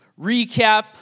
recap